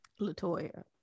Latoya